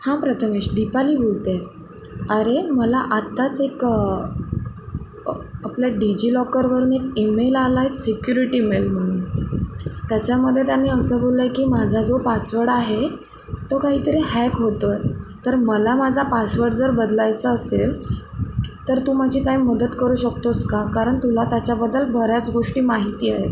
हां प्रथमेश दीपाली बोलते आहे अरे मला आताच एक आपलं डिजि लॉकरवरून एक ईमेल आला आहे सिक्युरिटी मेल म्हणून त्याच्यामध्ये त्यांनी असं बोललं आहे की माझा जो पासवड आहे तो काहीतरी हॅक होतो आहे तर मला माझा पासवड जर बदलायचा असेल तर तू माझी काय मदत करू शकतोस का कारण तुला त्याच्याबद्दल बऱ्याच गोष्टी माहिती आहेत